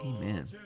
Amen